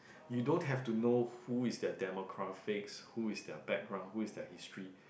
you don't have to know who is their demographics who is their background who is their history